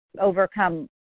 overcome